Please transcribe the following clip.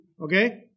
Okay